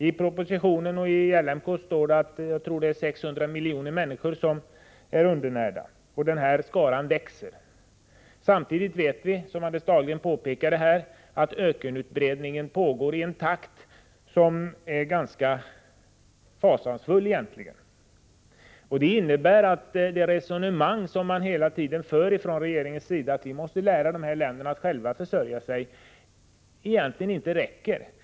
I propositionen och i livsmedelskommitténs betänkande står att omkring 600 miljoner människor är undernärda, och den här skaran växer. Samtidigt vet vi — som Anders Dahlgren påpekade här — att ökenutbredningen pågår i en ganska fasansfull takt. Det innebär att regeringens resonemang, att vi måste lära de olika länderna att själva försörja sig, egentligen inte räcker.